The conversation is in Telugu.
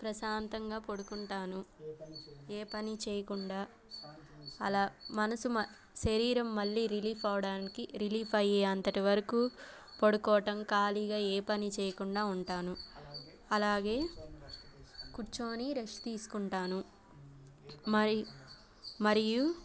ప్రశాంతంగా పడుకుంటాను ఏ పని చేయకుండా అలా మనసు శరీరం మళ్ళీ రిలీఫ్ అవ్వడానికి రిలీఫ్ అయ్యే అంత వరకు పడుకోవడం ఖాళీగా ఏ పని చెయ్యకుండా ఉంటాను అలాగే కూర్చొని రెస్ట్ తీసుకుంటాను మరి మరియు